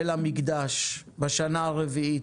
אל המקדש בשנה הרביעית,